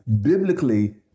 biblically